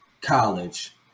college